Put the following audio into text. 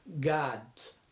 God's